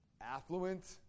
affluent